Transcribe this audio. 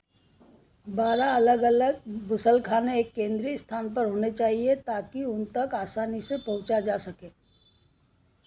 बारह अलग अलग घुसलखाने एक केंद्रीय स्थान पर होने चाहिए ताकि उन तक आसानी से पहुँचा जा सके